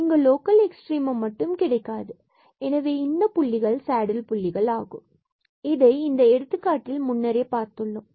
இங்கு local extremum மட்டும் கிடைக்காது எனவே இந்த புள்ளிகள் சேடில் புள்ளிகள் ஆகும் நாம் இதை இந்த எடுத்துக்காட்டில் முன்னரே பார்த்துள்ளோம்